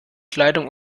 kleidung